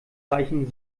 reichen